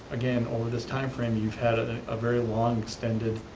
again, over this time frame, you've had a ah very long extended